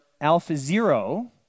AlphaZero